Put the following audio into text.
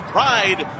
Pride